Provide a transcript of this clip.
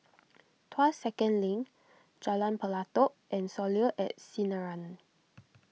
Tuas Second Link Jalan Pelatok and Soleil at Sinaran